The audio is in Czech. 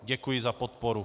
Děkuji za podporu.